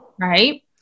Right